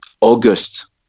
August